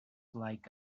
like